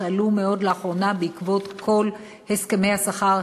שעלו מאוד לאחרונה בעקבות כל הסכמי השכר,